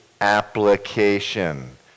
application